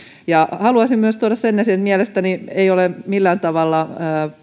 haluaisin myös tuoda sen esille että mielestäni ei ole millään tavalla